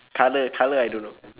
colour colour I don't know